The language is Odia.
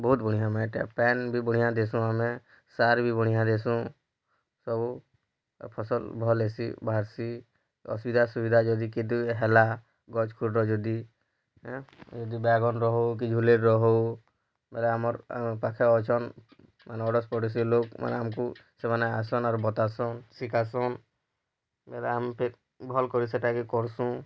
ବହୁତ ବଢ଼ିଆ ମାଟ୍ ପାନ୍ ବି ବଢ଼ିଆଁ ଦେସୁଁ ଆମେ ସାର୍ ବି ବଢ଼ିଆ ଦେସୁଁ ସବୁ ଫସଲ ଭଲ ହେସି ବାହାର୍ସି ଅସୁବିଧା ସୁବିଧା ଯଦି କିଦୁ ହେଲା ଗଛ କୁଟ ଯଦି ଆଁ ଯଦି ବାଇଗନ୍ର ହଉ କି ଝୁଲେର୍ର ହଉ ବୋଲେ ଆମର ପାଖେ ଅଛନ୍ ମାନେ ଅଡ଼ଶ ପଡ଼ୋଶୀ ଲୋକମାନେ ଆମ୍କୁ ସେମାନେ ଆସନ୍ ଆର୍ ବତାସନ୍ ଶିଖାସନ୍ ଏରା ଆମ୍କେ ଭଲକରି ସେଇଟା କେ କର୍ସୁଁ